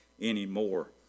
anymore